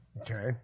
Okay